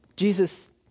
Jesus